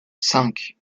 cinq